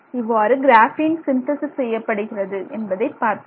இவ்வாறு graphene synthesis செய்யப்படுகிறது என்பதை பார்த்தோம்